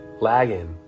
lagging